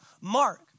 Mark